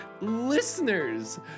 listeners